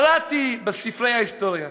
קראתי בספרי ההיסטוריה,